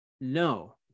No